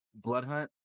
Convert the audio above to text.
Bloodhunt